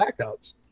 blackouts